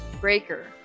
Breaker